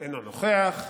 אינו נוכח,